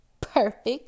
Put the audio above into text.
perfect